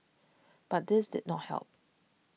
but this did not help